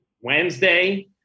Wednesday